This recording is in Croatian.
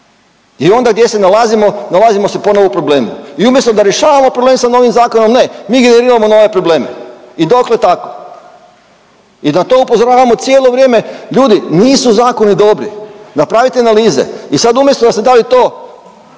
I onda gdje se nalazimo? Nalazimo se ponovno u problemu i umjesto da rješavamo problem sa novim zakonom, ne mi … nove probleme. I dokle tako? I na to upozoravamo cijelo vrijeme, ljudi nisu zakoni dobri. Napravite analize. I sada umjesto da ste dali to